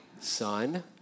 son